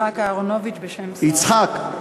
יצחק אהרונוביץ בשם שר הכלכלה.